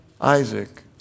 Isaac